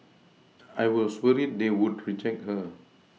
I was worried they would reject her